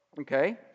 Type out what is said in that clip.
okay